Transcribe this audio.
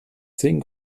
zehn